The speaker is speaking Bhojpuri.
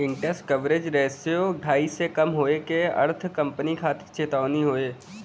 इंटरेस्ट कवरेज रेश्यो ढाई से कम होये क अर्थ कंपनी खातिर चेतावनी हौ